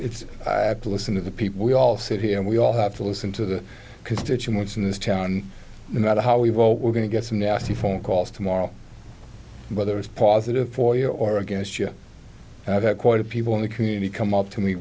it's i have to listen to the people we all sit here and we all have to listen to the constituents in this town no matter how we vote we're going to get some nasty phone calls tomorrow whether it's positive for you or against you quoted people in the community come up to me